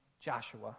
Joshua